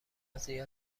زیاد